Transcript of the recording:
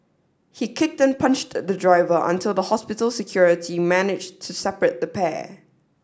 he kicked and punched the driver until the hospital security managed to separate the pair